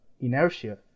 inertia